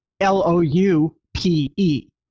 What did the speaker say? L-O-U-P-E